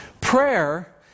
Prayer